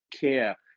care